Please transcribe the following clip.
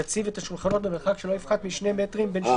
יציב את השולחנות במרחק שלא יפחת מ-2 מטרים בין שולחן לשולחן